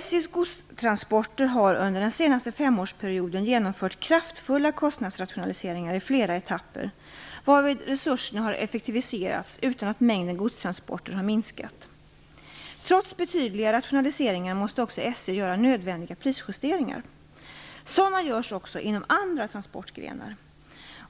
SJ Godstransporter har under den senaste femårsperioden genomfört kraftfulla kostnadsrationaliseringar i flera etapper, varvid resurserna har effektiviserats utan att mängden godstransporter har minskat. Trots betydliga rationaliseringar måste också SJ göra nödvändiga prisjusteringar. Sådana görs också inom andra transportgrenar.